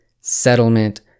settlement